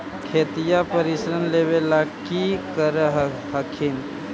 खेतिया पर ऋण लेबे ला की कर हखिन?